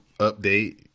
Update